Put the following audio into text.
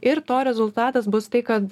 ir to rezultatas bus tai kad